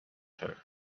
her